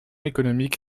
économique